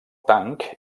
tanc